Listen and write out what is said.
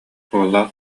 уоллаах